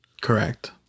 Correct